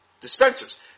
dispensers